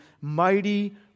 mighty